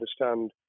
understand